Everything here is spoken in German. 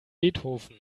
beethoven